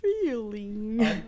feeling